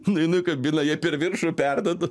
neinu į kabina jai per viršų perduodu